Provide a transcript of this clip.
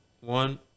one